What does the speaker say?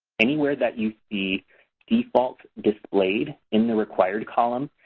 anywhere that you see default displayed in the required column,